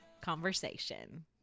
conversation